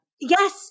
Yes